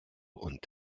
und